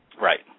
Right